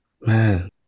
Man